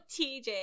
TJ